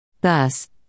Thus